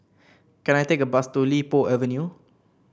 can I take a bus to Li Po Avenue